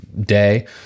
day